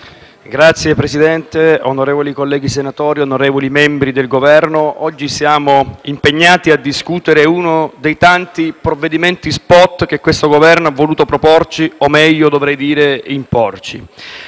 Signor Presidente, onorevoli colleghi senatori, onorevoli membri del Governo, oggi siamo impegnati a discutere uno dei tanti provvedimenti *spot* che questo Governo ha voluto proporci o, meglio, imporci.